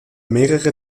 mehrere